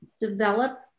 develop